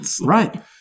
Right